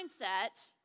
mindset